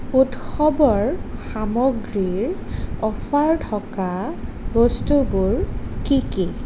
উৎসৱৰ সামগ্ৰীৰ অফাৰ থকা বস্তুবোৰ কি কি